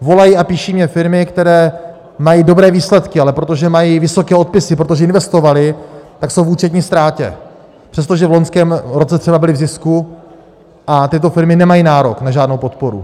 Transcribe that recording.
Volají a píší mně firmy, které mají dobré výsledky, ale protože mají vysoké odpisy, protože investovaly, tak jsou v účetní ztrátě, přestože v loňském roce třeba byly v zisku, a tyto firmy nemají nárok na žádnou podporu.